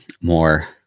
more